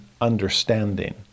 understanding